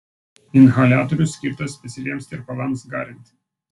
inhaliatorius skirtas specialiems tirpalams garinti